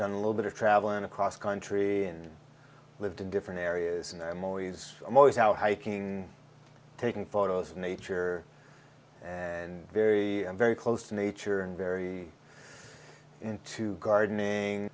done a little bit of traveling across country and lived in different areas and i'm always i'm always out hiking taking photos of nature and very very close to nature very into gardening